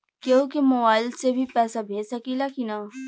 केहू के मोवाईल से भी पैसा भेज सकीला की ना?